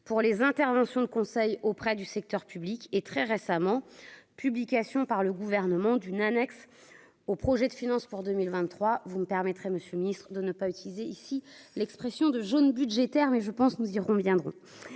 pour les interventions de conseil auprès du secteur public et très récemment publication par le gouvernement d'une annexe au projet de finances pour 2023, vous me permettrez monsieur Ministre de ne pas utiliser ici l'expression de jaune budgétaire mais je pense que nous irons viendront